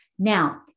Now